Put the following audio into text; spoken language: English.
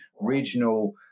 regional